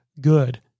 good